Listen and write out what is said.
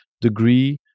degree